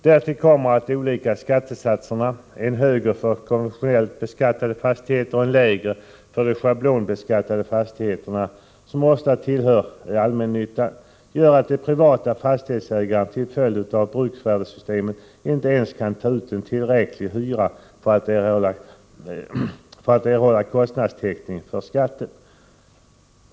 Därtill kommer att de olika skattesatserna — en högre för konventionellt beskattade fastigheter och en lägre för schablonbeskattade fastigheter som ofta tillhör allmännyttan — gör att de privata fastighetsägarna till följd av bruksvärdesystemet inte ens kan ta ut tillräcklig hyra för att erhålla kostnadstäckning för skatten.